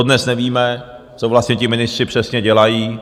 Dodnes nevíme, co vlastně ti ministři přesně dělají.